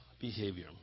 behavior